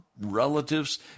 relatives